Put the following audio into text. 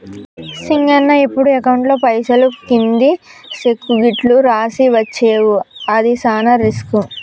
సింగన్న ఎప్పుడు అకౌంట్లో పైసలు కింది సెక్కు గిట్లు రాసి ఇచ్చేవు అది సాన రిస్కు